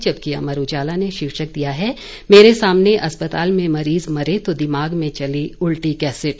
जबकि अमर उजाला ने शीर्षक दिया है मेरे सामने अस्पताल में मरीज मरे तो दिमाग में चली उल्टी कैसेट